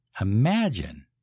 imagine